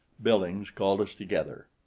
billings called us together.